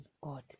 God